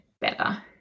better